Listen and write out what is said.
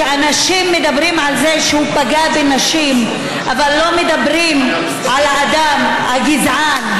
שאנשים מדברים על זה שהוא פגע בנשים אבל לא מדברים על האדם הגזען,